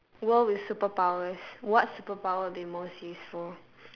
world with superpowers what superpower would be most useful